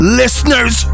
listeners